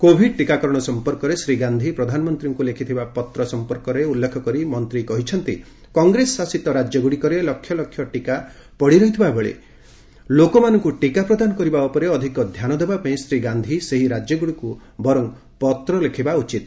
Covid ଟିକାକରଣ ସମ୍ପର୍କରେ ଶ୍ରୀ ଗାନ୍ଧୀ ପ୍ରଧାନମନ୍ତ୍ରୀଙ୍କୁ ଲେଖିଥିବା ପତ୍ର ସମ୍ପର୍କରେ ଉଲ୍ଲେଖ କରି ମନ୍ତ୍ରୀ କହିଛନ୍ତି କଂଗ୍ରେସ ଶାସିତ ରାଜ୍ୟଗୁଡିକରେ ଲକ୍ଷ ଲକ୍ଷ ଟିକା ପଡିରହିଥିବାବେଳେ ସେସବୁ ଲୋକମାନଙ୍କୁ ପ୍ରଦାନ କରିବା ଉପରେ ଅଧିକ ଧ୍ୟାନ ଦେବା ପାଇଁ ଶ୍ରୀ ଗାନ୍ଧୀ ସେହି ରାଜ୍ୟଗୁଡ଼ିକୁ ବର୍ଚ ପତ୍ର ଲେଖିବା ଉଚିତ